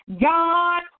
God